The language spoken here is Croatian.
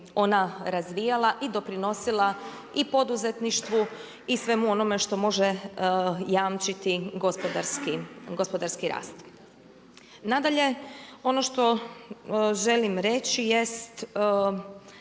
ona razvijala i doprinosila i poduzetništvu i svemu onome što može jamčiti gospodarski rast. Nadalje ono što želim reći jest